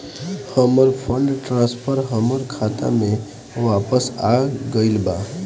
हमर fund transfer हमर खाता में वापस आ गईल बा